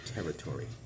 territory